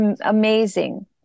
amazing